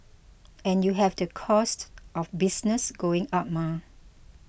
and you have the costs of business going up mah